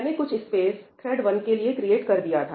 मैंने कुछ space thread 1 के लिए क्रिएट कर दिया था